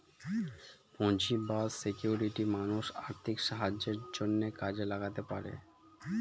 পুঁজি বা সিকিউরিটি মানুষ আর্থিক সাহায্যের জন্যে কাজে লাগাতে পারে